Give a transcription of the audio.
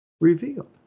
revealed